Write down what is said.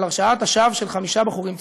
הרשעת השווא של חמישה בחורים צעירים.